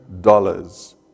dollars